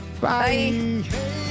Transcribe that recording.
bye